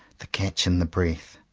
the catch in the breath,